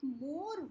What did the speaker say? more